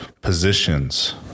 positions